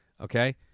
okay